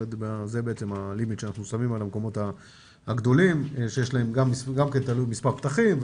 זה בעצם הלימיט שאנחנו שמים על המקומות הגדולים שיש להם גם מספר פתחים.